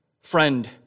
friend